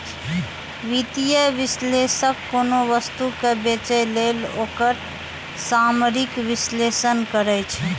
वित्तीय विश्लेषक कोनो वस्तु कें बेचय लेल ओकर सामरिक विश्लेषण करै छै